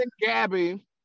Gabby